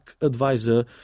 advisor